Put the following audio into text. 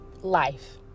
life